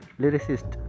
lyricist